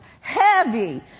heavy